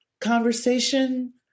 conversation